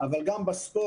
אבל גם בספורט